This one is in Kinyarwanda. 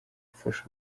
gufasha